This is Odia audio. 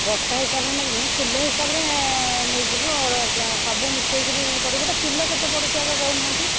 ବସ୍ତା ହିସାବରେ ନେବିନି କିଲୋ ହିସାବରେ ନେଇଯିବୁ ଆଉ ସବୁ ମିଶାଇକି ପଡ଼ିବ ତ କିଲୋ କେତେ ପଡ଼ୁଛି ଆଗ କହୁନାହାନ୍ତି